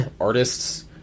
artists